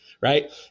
right